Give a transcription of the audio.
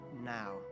now